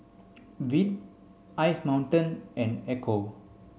Veet Ice Mountain and Ecco